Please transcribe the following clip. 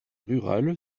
rurale